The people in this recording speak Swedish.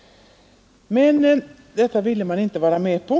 Men detta ville man inte vara med på.